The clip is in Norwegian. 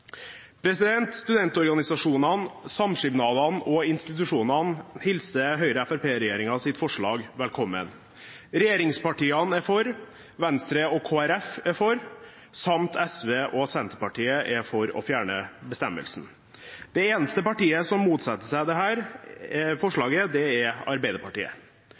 Studentorganisasjonene, samskipnadene og institusjonene hilste Høyre–Fremskrittsparti-regjeringens forslag velkommen. Regjeringspartiene er for, Venstre og Kristelig Folkeparti er for, samt SV og Senterpartiet er for å fjerne bestemmelsen. Det eneste partiet som motsetter seg dette forslaget, er Arbeiderpartiet. Det er